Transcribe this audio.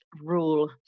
rule